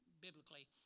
biblically